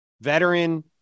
veteran